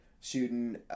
shooting